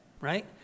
right